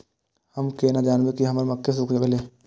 हम केना जानबे की हमर मक्के सुख गले?